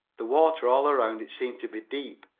the water all around it seemed to be deep,